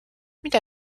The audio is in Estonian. mida